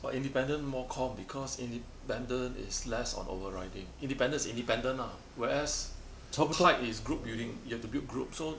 but independent more comm cause independent is less on overriding independent is independent ah whereas tied is group building you have to build group so